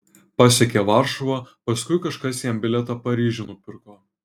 pasiekė varšuvą paskui kažkas jam bilietą paryžiun nupirko